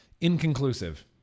inconclusive